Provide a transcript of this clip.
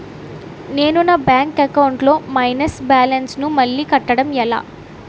నేను నా bank account లొ మైనస్ బాలన్స్ ను మళ్ళీ కట్టడం ఎలా?